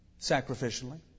Sacrificially